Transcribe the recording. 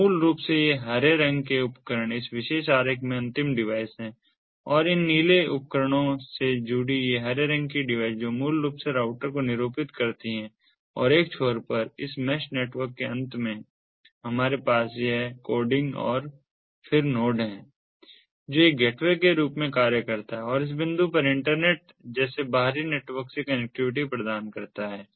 तो मूल रूप से ये हरे रंग के उपकरण इस विशेष आरेख में अंतिम डिवाइस हैं और इन नीले उपकरणों से जुड़ी ये हरे रंग की डिवाइस जो मूल रूप से राउटर को निरूपित करती हैं और एक छोर पर इस मैश नेटवर्क के अंत में हमारे पास यह कोडिंग और फिर नोड है जो एक गेटवे के रूप में कार्य करता है और इस बिंदु पर यह इंटरनेट जैसे बाहरी नेटवर्क से कनेक्टिविटी प्रदान करता है